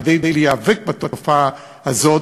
כדי להיאבק בתופעה הזאת,